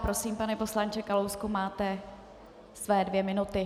Prosím, pane poslanče Kalousku, máte své dvě minuty.